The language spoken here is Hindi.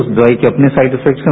उस दवाई के अपने साइड इफेक्ट्स हैं